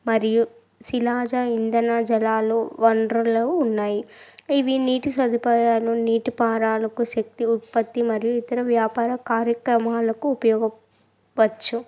మరియు శిలాజ ఇంధన జలాలు వన్రులు ఉన్నాయి ఇవి నీటి సదుపాయాలు నీటి పారాలకు శక్తి ఉత్పత్తి మరీ ఇతర వ్యాపార కార్యక్రమాలకు ఉపయోగ వచ్చు